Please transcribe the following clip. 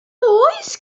does